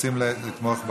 רוצות לתמוך בחוק.